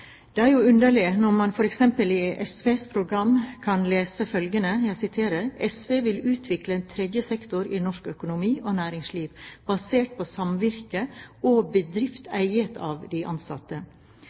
Det er jo underlig når man f.eks. i SVs program kan lese følgende: «SV vil utvikle en tredje sektor i norsk økonomi og næringsliv, basert på samvirke og